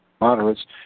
moderates